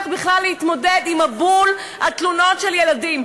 בכלל להתמודד עם מבול התלונות של ילדים.